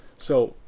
so,